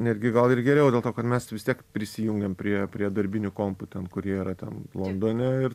netgi gal ir geriau dėl to kad mes vis tiek prisijungiam prie prie darbinių kompų ten kurie yra ten londone ir